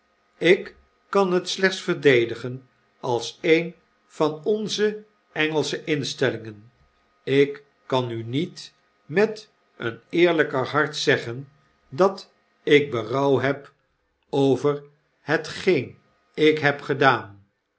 ik kan het slechts verdedigen als een van onze engelsche instellingen ik kan u niet met een eerlgk hart zeggen dat ik berouw heb over hetgeen ik heb gedaan